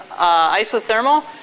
isothermal